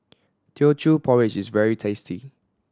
Teochew Porridge is very tasty